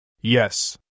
Yes